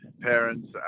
parents